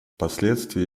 последствия